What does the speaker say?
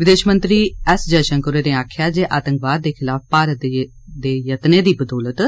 विदेश मंत्री एस जयशंकर होरें आक्खेआ ऐ जे आतंकवाद दे खलाफ भारत दे जतनें दी बदौलत